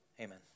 amen